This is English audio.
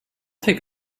take